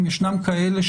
אם ישנם כאלה,